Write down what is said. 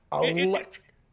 Electric